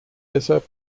deshalb